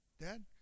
Dad